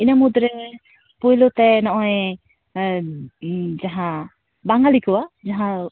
ᱤᱱᱟᱹ ᱢᱩᱫ ᱨᱮ ᱯᱳᱭᱞᱳ ᱛᱮ ᱱᱚᱜᱼᱚᱭ ᱡᱟᱦᱟᱸ ᱵᱟᱝᱜᱟᱞᱤ ᱠᱚᱣᱟᱜ ᱡᱟᱦᱟᱸ